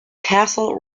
castle